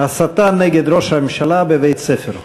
הסתה נגד ראש הממשלה בבית-ספר.